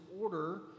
order